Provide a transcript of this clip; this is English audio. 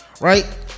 right